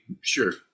Sure